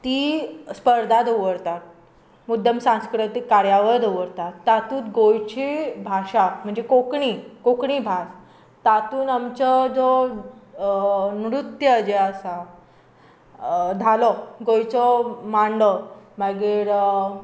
तीं स्पर्धा दवरतात मुद्दम सांस्कृतीक कार्यावळ दवरतात तातूंत गोंयची भाशा म्हणजें कोंकणी कोंकणी भास तातूंत आमचो जो नृत्य जें आसा धालो गोंयचो मांडो मागीर